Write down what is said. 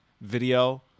video